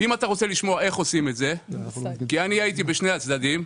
אתה רוצה לשמוע איך עושים את זה הייתי בשני הצדדים,